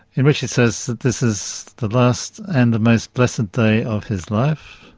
in which he says that this is the vast and the most blessed day of his life,